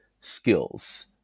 skills